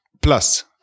plus